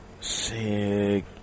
sick